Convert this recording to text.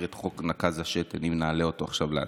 את חוק נקז השתן אם נעלה אותו עכשיו להצבעה.